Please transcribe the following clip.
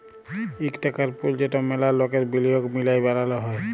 ইক টাকার পুল যেট ম্যালা লকের বিলিয়গ মিলায় বালাল হ্যয়